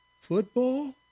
Football